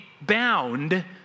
bound